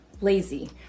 lazy